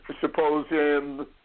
supposing